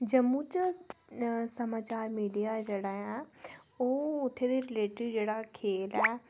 जम्मू च समाचार मिडिया जेह्डा ऐ ओह् उत्थूं दे रिलेटिड जेह्ड़ा खेल ऐ